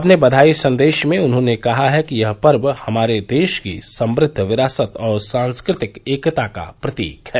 अपने बघाई सन्देश में उन्होंने कहा है कि यह पर्व हमारे देश की समुद्ध विरासत और सांस्कृतिक एकता का प्रतीक है